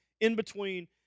in-between